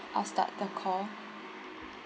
I'll start the call